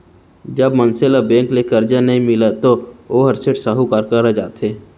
जब मनसे ल बेंक ले करजा नइ मिलय तो वोहर सेठ, साहूकार करा जाथे